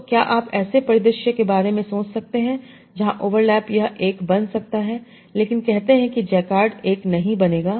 तो क्या आप ऐसे परिदृश्य के बारे में सोच सकते हैं जहां ओवरलैप यह 1 बन सकता है लेकिन कहते हैं कि जैकार्ड 1 नहीं बनेगा